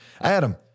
Adam